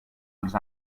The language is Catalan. els